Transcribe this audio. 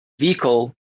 vehicle